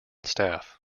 staff